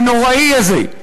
הנוראי הזה,